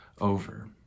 over